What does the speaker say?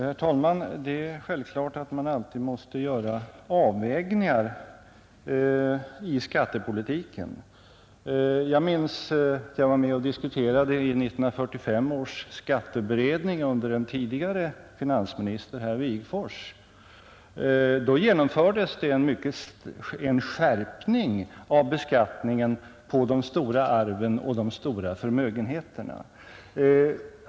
Herr talman! Det är självklart att man alltid måste göra avvägningar i skattepolitiken. Jag minns hur det var när jag var med och diskuterade i 1945 års skatteberedning, alltså under en tidigare finansminister, herr Wigforss. Då genomfördes det en skärpning av beskattningen på de stora arven och förmögenheterna.